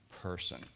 person